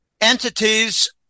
entities